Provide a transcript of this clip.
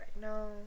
no